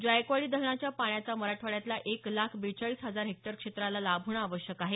जायकवाडी धरणाच्या पाण्याचा मराठवाड्यातल्या एक लाख बेचाळीस हजार हेक्टर क्षेत्राला लाभ होणं आवश्यक आहे